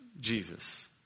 Jesus